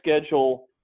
schedule